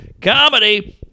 Comedy